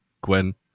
Gwen